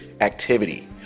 activity